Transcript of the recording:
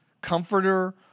comforter